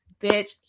Bitch